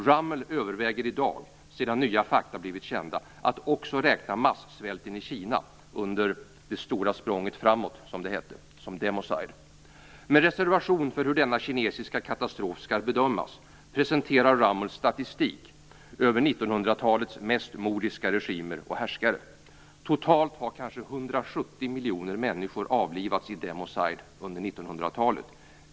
Rummel överväger i dag, sedan nya fakta blivit kända, att också räkna massvälten i Kina under det stora språnget framåt, som det hette, som democide. Med reservation för hur denna kinesiska katastrof skall bedömas presenterar Rummel statistik över 1900-talets mest mordiska regimer och härskare. Totalt har kanske 170 miljoner människor avlivats i democide under 1900-talet.